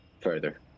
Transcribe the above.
further